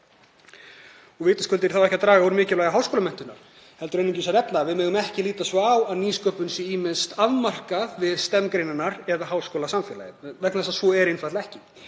Vitaskuld er ég ekki að draga úr mikilvægi háskólamenntunar heldur einungis að nefna að við megum ekki líta svo á að nýsköpun sé ýmist afmörkuð við STEM-greinarnar eða háskólasamfélagið vegna þess að svo er ekki.